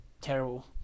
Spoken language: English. terrible